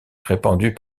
répandus